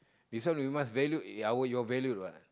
this one we must value our your value what